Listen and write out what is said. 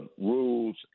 rules